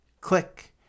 click